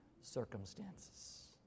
circumstances